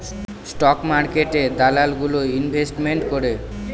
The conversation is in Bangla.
স্টক মার্কেটে দালাল গুলো ইনভেস্টমেন্ট করে